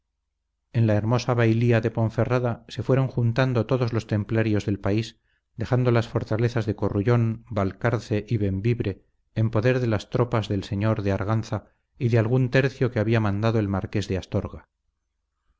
en la hermosa bailía de ponferrada se fueron juntando todos los templarios del país dejando las fortalezas de corrullón valcarce y bembibre en poder de las tropas del señor de arganza y de algún tercio que había mandado el marqués de astorga